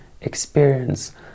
experience